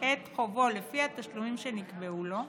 את חובו לפי התשלומים שנקבעו לו,